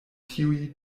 tiuj